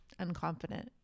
unconfident